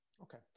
okay